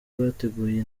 bateguye